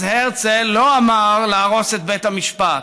אז הרצל לא אמר להרוס את בית המשפט,